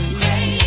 Crazy